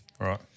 Right